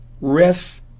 rest